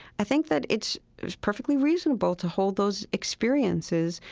i think that it's perfectly reasonable to hold those experiences,